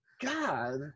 god